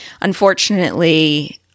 Unfortunately